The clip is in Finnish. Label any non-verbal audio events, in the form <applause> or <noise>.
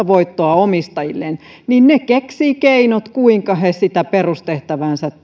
<unintelligible> voittoa omistajilleen ne keksivät keinot kuinka ne sitä perustehtäväänsä